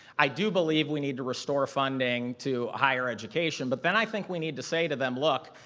i do believe we need to restore funding to higher education, but then i think we need to say to them, look,